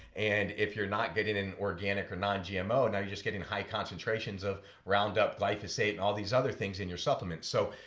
and if you're not getting an organic or non-gmo, now you're just getting high concentrations of roundup, glyphosate and all these other things in your supplement. so